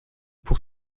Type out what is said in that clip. pour